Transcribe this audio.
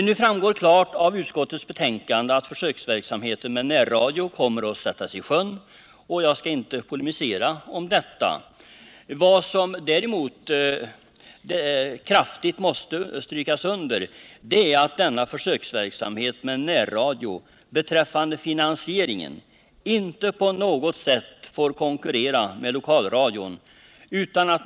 Nu framgår klart av utskottets betänkande att försöksverksamheten med närradio kommer att sättas i sjön, och jag skall inte polemisera om detta. Vad som däremot kraftigt måste understrykas är att finansieringen av denna försöksverksamhet med närradio inte på något sätt får konkurrera med anslagen till lokalradion.